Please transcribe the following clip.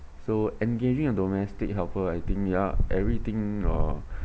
so engaging a domestic helper I think ya everything or